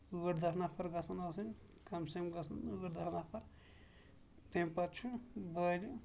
ٲٹھ دہ نَفر گژھن آسںۍ کَم سے کَم گژھن ٲٹھ دہ نفر تَمہِ پتہٕ چھُ بالِنگ